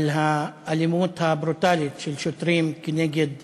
של האלימות הברוטלית של שוטרים כנגד